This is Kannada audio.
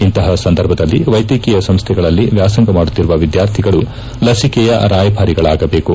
ಇಂತಹ ಸಂದರ್ಭದಲ್ಲಿ ವೈದ್ವಕೀಯ ಸಂಸ್ಥೆಗಳಲ್ಲಿ ವ್ಯಾಸಂಗ ಮಾಡುತ್ತಿರುವ ವಿದ್ಯಾರ್ಥಿಗಳು ಲಸಿಕೆಯ ರಾಯಭಾರಿಗಳಾಗಬೇಕು